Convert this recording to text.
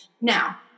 Now